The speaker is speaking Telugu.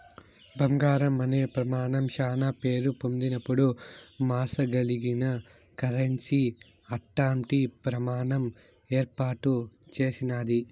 బంగారం అనే ప్రమానం శానా పేరు పొందినపుడు మార్సగలిగిన కరెన్సీ అట్టాంటి ప్రమాణం ఏర్పాటు చేసినాది